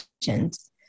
patients